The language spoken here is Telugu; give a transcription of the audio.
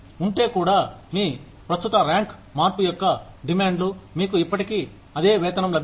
ఉంటే కూడా మీ ప్రస్తుత ర్యాంక్ మార్పు యొక్క డిమాండ్లు మీకు ఇప్పటికీ అదే వేతనం లభిస్తుంది